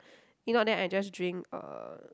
if not then I just drink uh